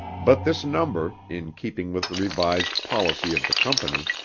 but this number, in keeping with the revised policy of the company,